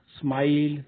smile